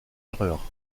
erreur